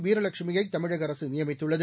வீரலட்சுமியை தமிழக அரசு நியமித்துள்ளது